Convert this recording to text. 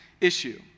issue